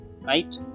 right